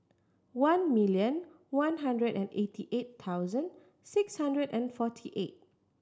one million one hundred and eighty eight thousand six hundred and forty eight